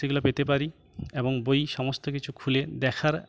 সেগুলো পেতে পারি এবং বই সমস্ত কিছু খুলে দেখার